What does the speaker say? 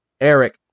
Eric